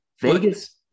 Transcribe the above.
Vegas